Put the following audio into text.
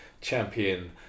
champion